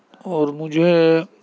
اور مجھے